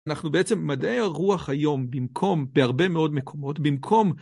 אנחנו בעצם מדעי הרוח היום במקום, בהרבה מאוד מקומות במקום.